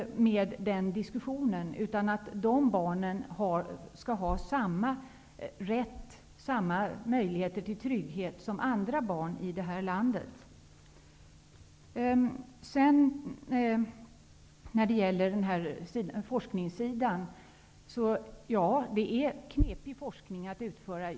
De barnen skall ha samma rätt och möjlighet till trygghet som andra barn i det här landet. Forskningen om detta är knepig att utföra.